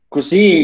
Così